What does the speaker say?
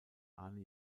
arne